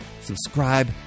subscribe